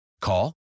Call